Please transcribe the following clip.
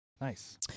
Nice